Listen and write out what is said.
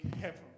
heaven